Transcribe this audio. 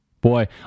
Boy